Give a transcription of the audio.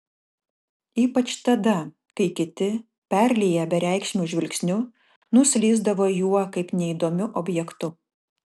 ypač tada kai kiti perlieję bereikšmiu žvilgsniu nuslysdavo juo kaip neįdomiu objektu